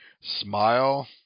Smile